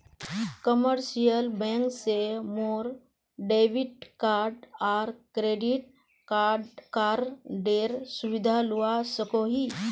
commercial bank से मोर debit card आर क्रेडिट कार्डेर सुविधा लुआ सकोही